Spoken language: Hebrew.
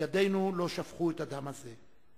ידינו לא שפכו את הדם הזה.